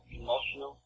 emotional